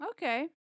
Okay